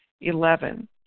Eleven